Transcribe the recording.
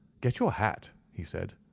get your hat, he said.